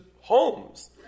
homes